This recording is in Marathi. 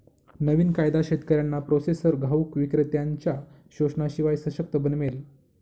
नवीन कायदा शेतकऱ्यांना प्रोसेसर घाऊक विक्रेत्त्यांनच्या शोषणाशिवाय सशक्त बनवेल